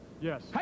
Yes